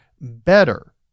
better